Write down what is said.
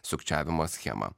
sukčiavimo schemą